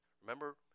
Remember